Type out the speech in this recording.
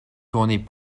tournée